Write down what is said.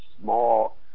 small